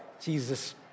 Jesus